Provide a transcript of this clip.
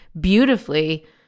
beautifully